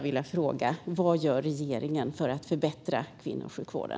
Vad gör regeringen för att förbättra kvinnosjukvården?